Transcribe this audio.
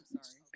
sorry